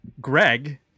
Greg